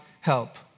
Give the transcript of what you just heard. help